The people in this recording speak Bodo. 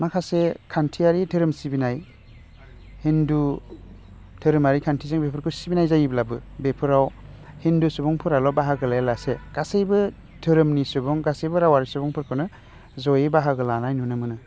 माखासे खान्थियारि धोरोम सिबिनाय हिन्दु थोरोमारि खान्थिजों बेफोरखौ सिबिनाय जायोब्लाबो बेफोराव हिन्दु सुबुंफोराल' बाहागो लायालासे गासैबो धोरोमनि सुबुं गासैबो रावआ सुबुंफोरखौनो जयै बाहागो लानाय नुनो मोनो